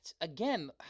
again